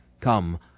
Come